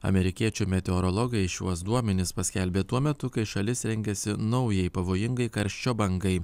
amerikiečių meteorologai šiuos duomenis paskelbė tuo metu kai šalis rengiasi naujai pavojingai karščio bangai